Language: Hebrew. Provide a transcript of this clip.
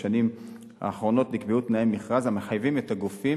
בשנים האחרונות נקבעו תנאי מכרז המחייבים את הגופים